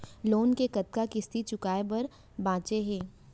Loan के कतना किस्ती चुकाए बर बांचे हे?